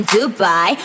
Dubai